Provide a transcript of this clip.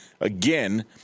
again